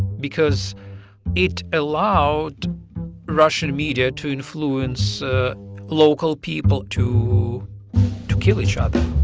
because it allowed russian media to influence local people to to kill each other